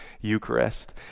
Eucharist